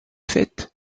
fait